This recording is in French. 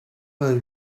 vingt